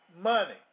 money